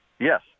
Yes